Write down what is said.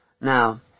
Now